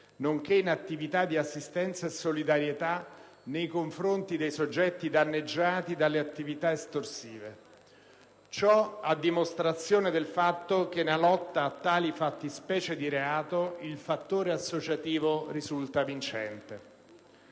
nonché in attività di assistenza e solidarietà nei confronti dei soggetti danneggiati dalle attività estorsive; ciò a dimostrazione del fatto che nella lotta a tali fattispecie di reato il fattore associativo risulta vincente.